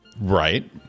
Right